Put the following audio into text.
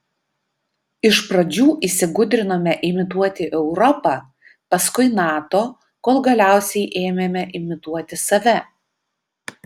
iš pradžių įsigudrinome imituoti europą paskui nato kol galiausiai ėmėme imituoti save